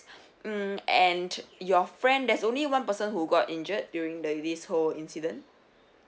mm and your friend there's only one person who got injured during the in this whole incident